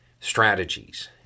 strategies